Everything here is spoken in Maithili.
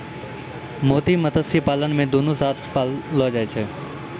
मोती मत्स्य पालन मे दुनु साथ साथ पाललो जाय छै